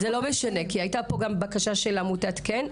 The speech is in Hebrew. זה לא משנה, כי הייתה פה גם בקשה של עמותת כ"ן.